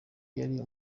yari